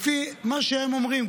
לפי מה שהם אומרים,